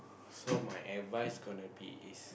so my advice gonna be is